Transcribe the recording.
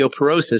osteoporosis